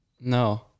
No